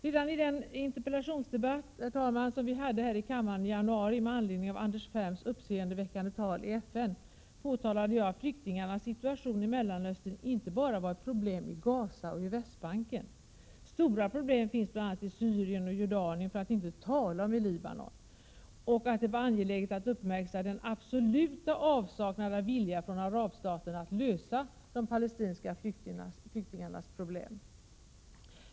Redan i den interpellationsdebatt som vi hade här i kammaren i januari med anledning av Anders Ferms uppseendeväckande tal i FN påtalade jag att flyktingarnas situation i Mellanöstern inte bara var ett problem i Gaza och på Västbanken — stora problem finns bl.a. i Syrien och i Jordanien, för att inte tala om i Libanon — och att det var angeläget att uppmärksamma den absoluta avsaknaden av vilja från arabstaterna att lösa de palestinska flyktingarnas problem.